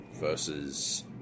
versus